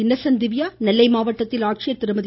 Innocent Divya Nellai மாவட்டத்தில் ஆட்சியர் திருமதி